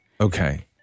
Okay